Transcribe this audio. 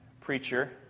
preacher